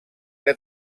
que